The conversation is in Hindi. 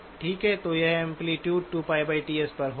तो ये एम्पलीटूडे 2πTs पर होगा